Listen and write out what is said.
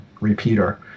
repeater